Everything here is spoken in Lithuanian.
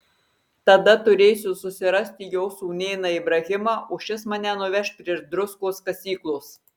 tada turėsiu susirasti jo sūnėną ibrahimą o šis mane nuveš prie druskos kasyklos